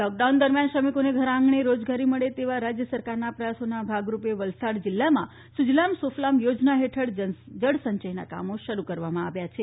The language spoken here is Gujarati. લોકડાઉન દરમ્યાન શ્રમિકોને ઘર આંગણે રોજગારી મળે તેવા રાજ્યો સરકારના પ્રયાસોના ભાગરૂપે વલસાડ જિલ્લામાં સુજલામ સુફલામ યોજના હેઠળ જળસંચયના કામો શરૂ કરવામાં આવ્યા છે